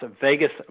Vegas